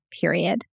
period